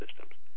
systems